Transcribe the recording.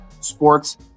Sports